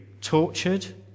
tortured